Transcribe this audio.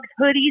hoodies